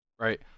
right